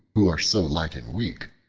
who are so light and weak,